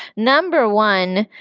number one,